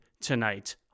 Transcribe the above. tonight